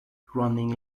running